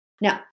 Now